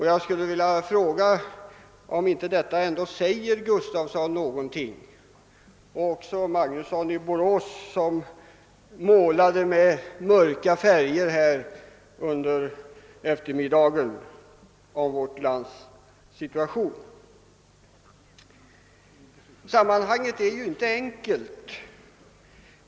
Jag skulle vilja fråga, om inte detta ändå säger herr Gustavsson någonting — och även herr Magnusson i Borås, som under eftermiddagen målade vårt lands situation i så mörka färger. Sammanhanget är ju inte enkelt.